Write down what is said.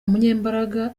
umunyembaraga